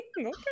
Okay